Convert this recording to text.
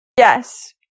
Yes